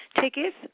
tickets